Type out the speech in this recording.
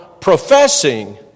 professing